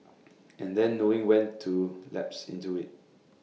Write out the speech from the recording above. and then knowing when to lapse into IT